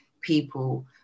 people